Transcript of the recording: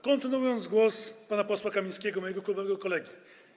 Kontynuuję wypowiedź pana posła Kamińskiego, mojego klubowego kolegi.